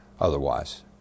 otherwise